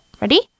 Ready